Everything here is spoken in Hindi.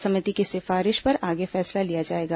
समिति की सिफारिश पर आगे फैसला लिया जाएगा